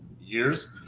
years